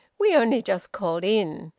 we only just called in.